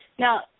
Now